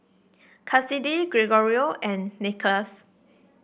Kassidy Gregorio and Nicholas